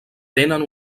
tenen